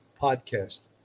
podcast